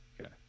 Okay